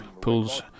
Pulls